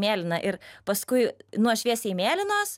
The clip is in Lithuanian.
mėlyna ir paskui nuo šviesiai mėlynos